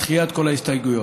בדחיית כל ההסתייגויות.